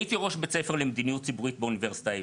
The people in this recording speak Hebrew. הייתי ראש בית ספר למדיניות ציבורית באוניברסיטה העברית.